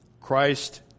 Christ